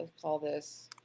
call this,